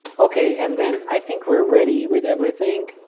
okay and then i think we're ready with everything.